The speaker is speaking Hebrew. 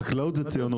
חקלאות זה ציונות.